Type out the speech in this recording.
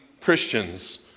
Christians